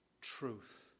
truth